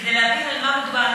כדי להבין על מה מדובר,